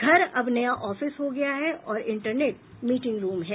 घर अब नया आफिस हो गया है और इंटरनेट मीटिंग रूम है